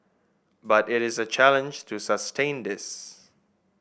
but it is a challenge to sustain this